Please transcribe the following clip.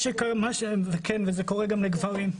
זה קורה גם לגברים.